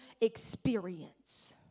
experience